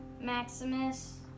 Maximus